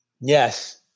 Yes